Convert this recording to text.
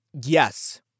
yes